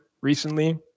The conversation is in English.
recently